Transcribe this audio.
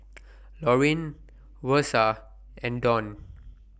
Laurene Versa and Donn